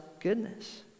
goodness